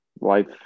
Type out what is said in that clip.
Life